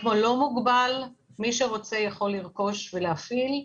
אקמו לא מוגבל, מי שרוצה יכול לרכוש ולהפעיל.